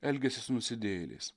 elgiasi su nusidėjėliais